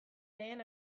lehen